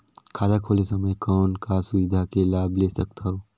खाता खोले समय कौन का सुविधा के लाभ ले सकथव?